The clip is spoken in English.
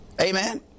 Amen